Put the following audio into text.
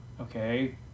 Okay